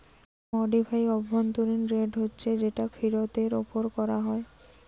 modified অভ্যন্তরীণ rate হচ্ছে যেটা ফিরতের উপর কোরা হয়